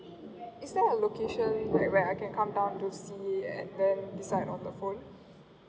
is there a location where I can come down to see and then decide on the phone